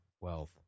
wealth